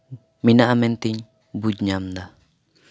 ᱢᱮᱱᱟᱜᱼᱟ ᱢᱮᱱᱛᱤᱧ ᱵᱩᱡᱽ ᱧᱟᱢ ᱫᱟ